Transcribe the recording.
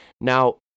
Now